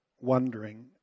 wondering